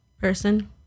Person